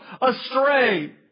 astray